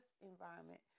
environment